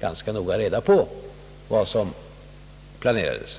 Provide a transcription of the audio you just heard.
ganska väl reda på vad som planerades.